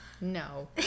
no